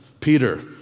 Peter